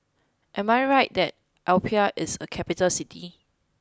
am I right that Apia is a capital city